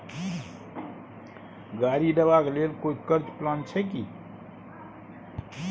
गाड़ी लेबा के लेल कोई कर्ज प्लान छै की?